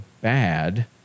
bad